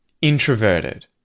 introverted